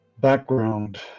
background